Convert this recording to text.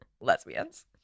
lesbians